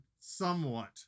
somewhat